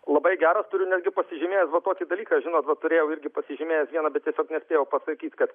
labai geras turiu netgi pasižymėjęs tokį dalyką žinot va turėjau irgi pasižymėjęs vieną bet tiesiog nespėjau pasakyt kad